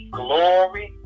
glory